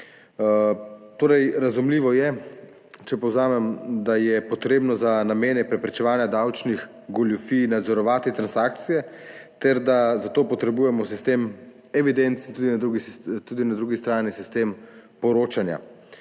Razumljivo je, če povzamem, da je treba za namene preprečevanja davčnih goljufij nadzorovati transakcije ter da za to potrebujemo sistem evidenc in na drugi strani sistem poročanja.